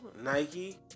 nike